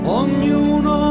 ognuno